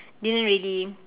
didn't really